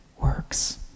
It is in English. works